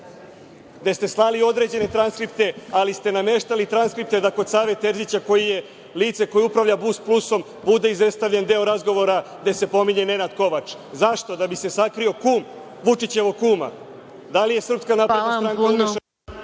gde ste slali i određene transkripte, ali ste nameštali transkripte da kod Save Terzića, koji je lice koje upravlja Busplusom, bude izostavljen deo razgovora gde se pominje Nenad Kovač. Zašto? Da bi se sakrio kum Vučićevog kuma. Da li je SNS … (Isključen